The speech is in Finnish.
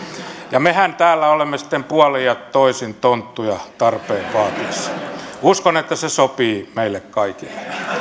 ja mehän täällä olemme sitten puolin ja toisin tonttuja tarpeen vaatiessa uskon että se sopii meille kaikille